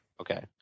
Okay